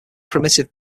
primitive